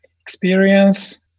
experience